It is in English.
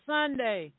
Sunday